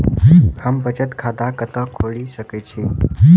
हम बचत खाता कतऽ खोलि सकै छी?